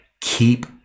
keep